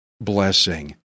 blessing